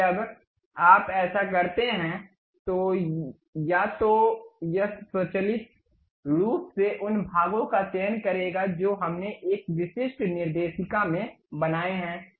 अब जब आप ऐसा करते हैं तो या तो यह स्वचालित रूप से उन भागों का चयन करेगा जो हमने एक विशिष्ट निर्देशिका में बनाए हैं